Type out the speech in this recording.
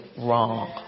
wrong